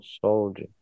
soldier